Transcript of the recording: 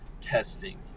testing